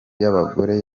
y’abagore